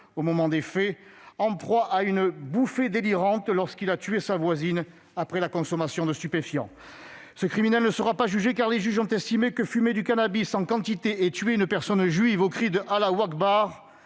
au moment des faits ; qu'il était en proie à une « bouffée délirante » lorsqu'il a tué sa voisine, après la consommation de stupéfiants. Ce criminel ne sera pas jugé, car les juges ont estimé que fumer du cannabis en quantité et tuer une personne juive aux cris d'« Allah Akbar